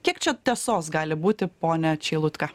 kiek čia tiesos gali būti pone čeilutka